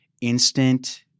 Instant